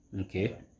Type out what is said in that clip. Okay